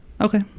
okay